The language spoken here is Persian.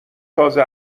تازه